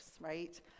right